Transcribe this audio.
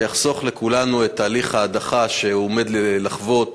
ויחסוך לכולנו את תהליך ההדחה שהוא עומד לחוות,